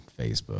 Facebook